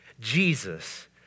Jesus